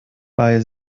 bei